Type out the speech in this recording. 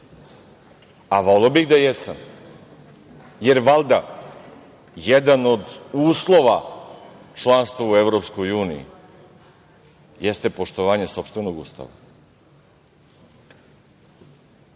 A voleo bih da jesam. Jer, valjda, jedan od uslova članstva u EU jeste poštovanje sopstvenog Ustava. Čini